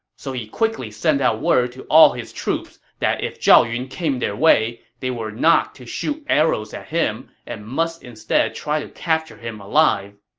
so he quickly sent out word to all his troops that if zhao yun came their way, they were not to shoot arrows at him and must instead try to capture him alive